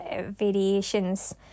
variations